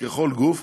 ככל גוף,